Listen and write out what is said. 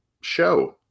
show